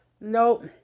Nope